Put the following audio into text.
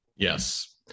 Yes